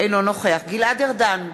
אינו נוכח גלעד ארדן,